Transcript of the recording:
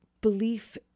belief